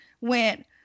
went